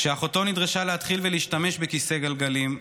כשאחותו נדרשה להתחיל להשתמש בכיסא גלגלים,